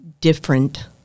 different